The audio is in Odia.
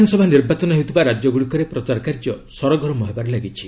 ବିଧାନସଭା ନିର୍ବାଚନ ହେଉଥିବା ରାଜ୍ୟଗୁଡ଼ିକରେ ପ୍ରଚାର କାର୍ଯ୍ୟ ସରଗରମ ହେବାରେ ଲାଗିଛି